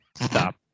Stop